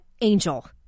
Angel